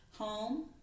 Home